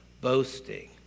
boasting